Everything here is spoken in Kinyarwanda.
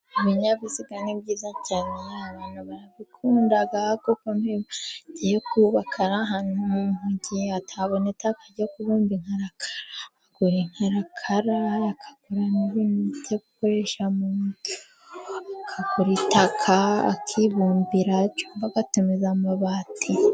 Ibinyabiziga ni byiza cyane, abantu barabikunda Kuko nk’iyo ugiye kubaka nk’ahantu mu mugi hataboneka itaka ryo kubumba inkarakara, agura inkarakara, akagura n’ibintu byo gukoresha mu nzu, akagura itaka, akibumbira cyangwa agatumiza amabati.